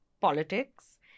politics